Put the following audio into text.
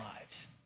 lives